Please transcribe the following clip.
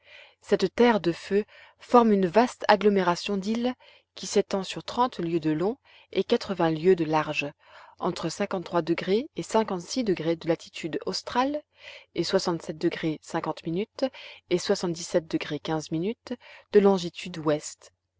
cette terre du feu forme une vaste agglomération d'îles qui s'étend sur trente lieues de long et quatre-vingts lieues de large entre et de latitude australe et et de longitude ouest